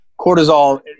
cortisol